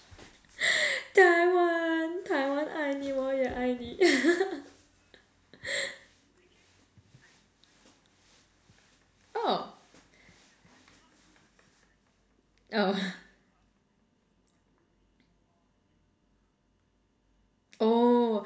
Taiwan Taiwan 爱你我也爱你 oh oh oh